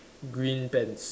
green pants